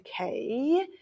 okay